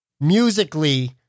Musically